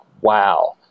Wow